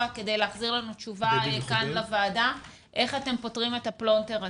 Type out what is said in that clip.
כדי להחזיר לנו תשובה כאן בוועדה איך אתם פותרים את הפלונטר הזה.